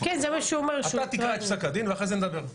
אתה תקרא את פסק הדין ואחרי זה נדבר.